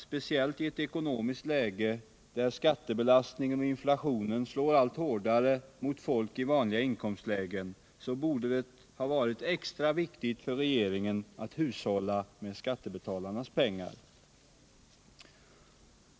Speciellt i ett ekonomiskt läge där skattebelastningen och inflationen slår allt hårdare mot folk i vanliga inkomstlägen har man väl anledning att säga att det borde varit extra viktigt för regeringen att hushålla med skattebetalarnas pengar.